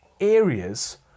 areas